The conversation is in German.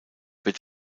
wird